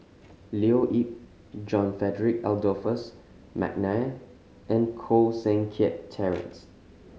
Leo Yip John Frederick Adolphus McNair and Koh Seng Kiat Terence